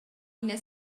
ina